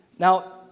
Now